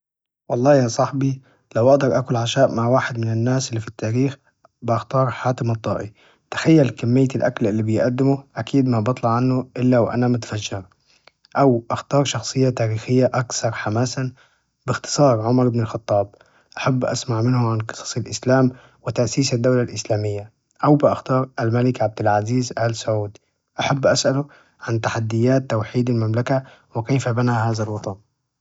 والله يا صاحبي لو أقدر آكل عشاء مع واحد من الناس إللي في التاريخ بأختار حاتم الطائي، تخيل كمية الأكل إللي بيقدمه أكيد ما بطلع عنه إلا وأنا متفجر، أو أختار شخصية تاريخية أكثر حماساً باختصار عمر بن الخطاب أحب أسمع منه عن قصص الإسلام، وتأسيس الدولة الإسلامية، أو بأختار الملك عبد العزيز آل سعود، أحب أسأله عن تحديات توحيد المملكة وكيف بنا هذا الوطن؟.